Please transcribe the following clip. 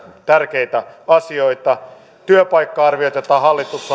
tärkeitä asioita talousasiantuntijat ovat todenneet ylioptimistisiksi työpaikka arviot joita hallitus